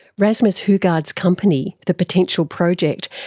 rasmus hougarrd's company, the potential project,